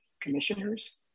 commissioners